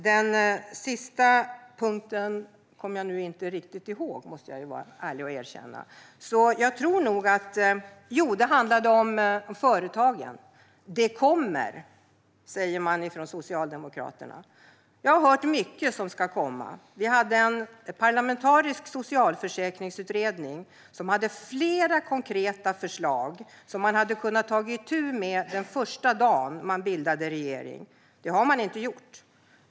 Den sista punkten kommer jag inte riktigt ihåg, måste jag vara ärlig och erkänna. Jo, den handlade om företagen. "Det kommer", säger Socialdemokraterna. Jag har hört mycket som ska komma. Vi hade en parlamentarisk socialförsäkringsutredning som hade flera konkreta förslag som man hade kunnat ta itu med första dagen när man bildade regering. Det gjorde man inte.